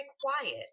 quiet